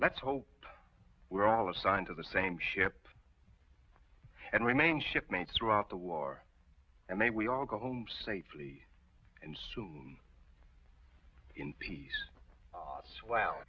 let's hope we're all assigned to the same ship and remain shipmates throughout the war and may we all go home safely and in peace swell